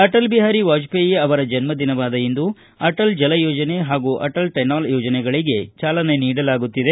ಅಟಲ್ ಬಿಹಾರಿ ವಾಜಪೇಯಿ ಅವರ ಜನ್ಮದಿನವಾದ ಇಂದು ಅಟಲ್ ಜಲಯೋಜನೆ ಹಾಗೂ ಅಟಲ್ ಟೇನಾಲ್ ಯೋಜನೆಗಳಿಗೆ ಚಾಲನೆ ನೀಡಲಾಗುತ್ತಿದೆ